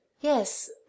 Yes